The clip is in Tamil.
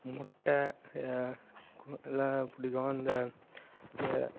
முட்டை இதெலாம் பிடிக்கும் இந்த